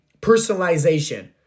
personalization